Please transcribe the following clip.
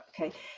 Okay